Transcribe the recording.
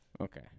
okay